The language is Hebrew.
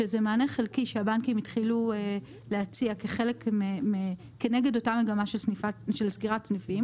שזה מענה חלקי שהבנקים התחילו להציע כנגד אותה מגמה של סגירת סניפים.